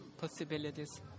possibilities